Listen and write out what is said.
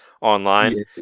online